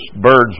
birds